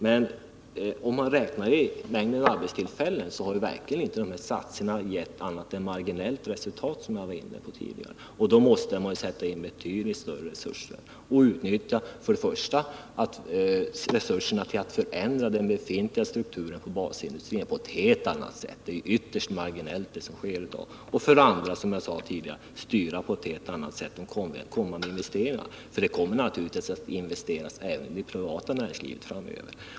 Men om man räknar mängden arbetstillfällen har dessa satsningar, som jag redogjorde för tidigare, verkligen inte givit annat än marginellt resultat. Då måste man sätta in betydligt större resurser och utnyttja dem på två sätt. För det första måste man på ett helt annat sätt förändra den befintliga strukturen på basindustrin — det som sker i dag är ju ytterst marginellt. För det andra måste man, som jag sade tidigare, på ett helt annat sätt än nu styra de kommande investeringarna — det kommer naturligtvis att framöver investeras även i det privata näringslivet.